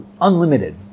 unlimited